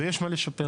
ויש מה לשפר,